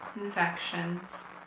Infections